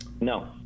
No